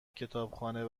کتابخانه